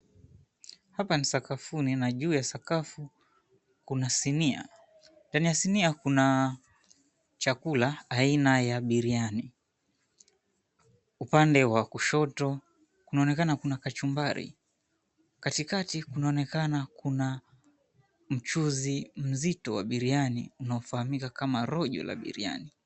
Hapa ni sakafuni na juu ya sakafu kuna sinia, ndani ya sinia kuna chakula aina ya biriani. Upande wa kushoto kunaonekana kuna kachumbari, katikati kunaonekana kuna mchuzi mzito wa biriani unaofahamika kama rojo la biriani.